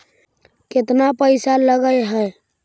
केतना पैसा लगय है?